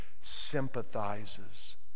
sympathizes